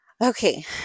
Okay